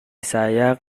saya